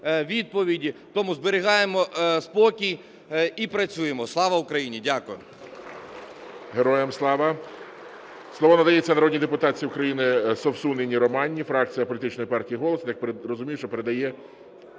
відповіді. Тому зберігаємо спокій і працюємо. Слава Україні! Дякую.